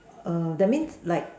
err that means like